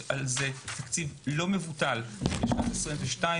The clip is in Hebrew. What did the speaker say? יש לזה תקציב לא מבוטל בשנת 2022,